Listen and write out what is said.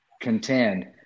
contend